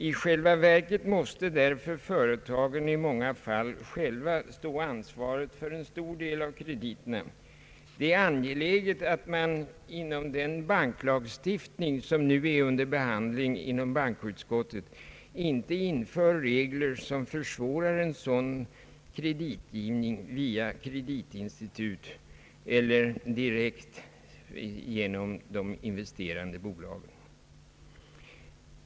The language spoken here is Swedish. I själva verket måste där för företagen i många fall själva ta på sig ansvaret för en stor del av krediterna. Det är angeläget att man i den banklagstiftning som nu är under behandling inom bankoutskottet inte inför regler som försvårar en sådan kreditgivning via kreditinstitut eller direkt genom de investerande bolagen.